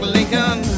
Lincoln